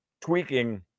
tweaking